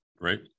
right